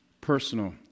personal